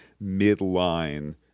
mid-line